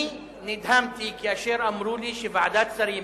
אני נדהמתי כאשר אמרו לי שוועדת שרים,